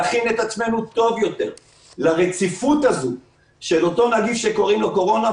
להכין את עצמנו טוב יותר לרציפות הזאת של אותו נגיף שקוראים לו קורונה,